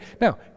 Now